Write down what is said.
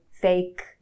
fake